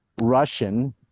Russian